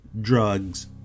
Drugs